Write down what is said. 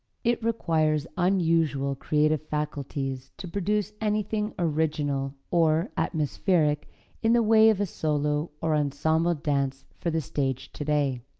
it requires unusual creative faculties to produce anything original or atmospheric in the way of a solo or ensemble dance for the stage today.